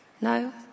No